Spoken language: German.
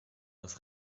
das